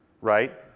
right